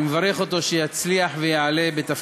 אני מברך אותו שיעלה ויצליח בתפקידו.